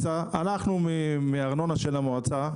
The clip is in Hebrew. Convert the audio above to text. מהארנונה של המועצה,